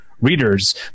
readers